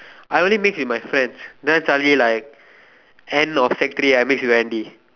I only mix with my friends then suddenly like end of sec three I mix with Andy